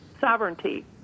sovereignty